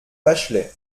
bachelay